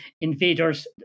invaders